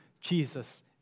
Jesus